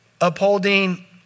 upholding